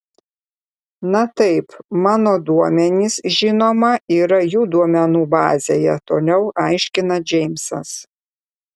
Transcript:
na taip mano duomenys žinoma yra jų duomenų bazėje toliau aiškina džeimsas